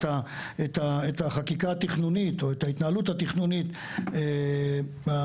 את החקיקה התכנונית או את ההתנהלות התכנונית הראויה,